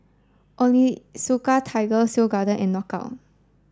Onitsuka Tiger Seoul Garden and Knockout